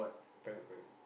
private private